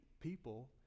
people